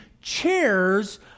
chairs